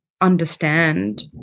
understand